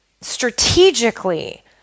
strategically